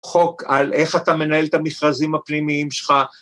חוק על איך אתה מנהל את המכרזים הפנימיים שלך